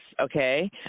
Okay